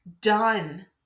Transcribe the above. done